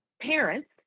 parents